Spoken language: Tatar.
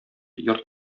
йорт